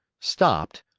stopped,